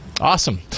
Awesome